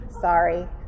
sorry